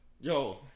yo